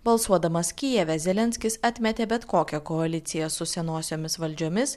balsuodamas kijeve zelenskis atmetė bet kokią koaliciją su senosiomis valdžiomis